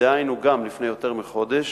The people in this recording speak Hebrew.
דהיינו לפני יותר מחודש,